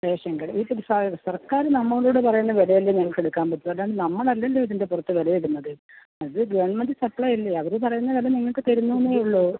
ration കട ഈ സർക്കാർ നമ്മളോട് പറയുന്ന വിലയല്ലേ നമുക്ക് എടുക്കാൻ പറ്റുള്ളൂ അല്ലാണ്ട് നമ്മൾ അല്ലല്ലോ ഇതിൻ്റെ പുറത്ത് വില ഇടുന്നത് അത് ഗവൺമെൻ്റ് സപ്ലൈ അല്ലേ അവർ പറയുന്ന വില നിങ്ങൾക്ക് തരുന്നു എന്നേയുള്ളൂ